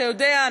אתה יודע,